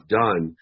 done